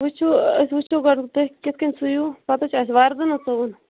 وٕچھُو أسۍ وٕچھُو تُہۍ کِتھ کٔنۍ سُیِو پتہٕ حَظ چھُ اسہِ وردن سُوُن